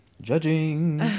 Judging